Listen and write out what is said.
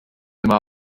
immer